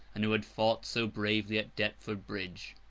and who had fought so bravely at deptford bridge.